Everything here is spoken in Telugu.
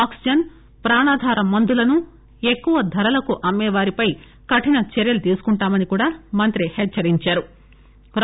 ఆక్సిజన్ ప్రాణాధార మందులను ఎక్కువ ధరలకు అమ్మే వారిపై కఠిన చర్యలు తీసుకుంటామని కూడా మంత్రి పునరుద్ఘాటించారు